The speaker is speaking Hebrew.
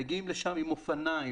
מגיעים לשם עם אופניים,